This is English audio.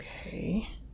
Okay